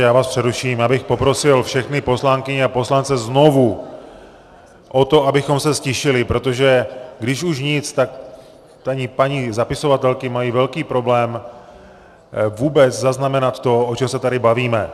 Já vás přeruším, abych poprosil všechny poslankyně a poslance znovu o to, abychom se ztišili, protože když už nic, tak paní zapisovatelky mají velký problém vůbec zaznamenat to, o čem se tady bavíme.